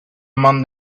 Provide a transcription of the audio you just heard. among